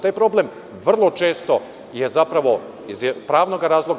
Taj problem vrlo često je zapravo iz pravnoga razloga.